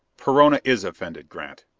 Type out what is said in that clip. perona is offended, grant.